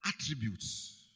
attributes